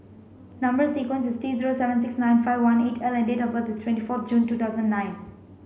number sequence is T zero seven six nine five one eight L and date of birth is twenty four June two thousand nine